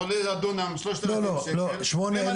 עולה דונם שלושת אלפים שקל --- לא,